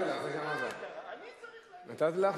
נתתי לך,